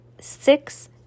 Six